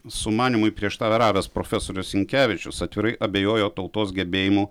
sumanymui prieštaravęs profesorius sinkevičius atvirai abejojo tautos gebėjimu